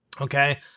okay